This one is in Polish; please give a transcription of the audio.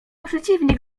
przeciwnik